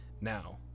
Now